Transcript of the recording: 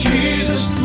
Jesus